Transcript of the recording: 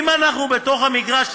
אם אנחנו בתוך המגרש,